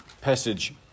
passage